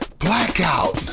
blackout.